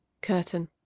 Curtain